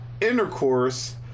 intercourse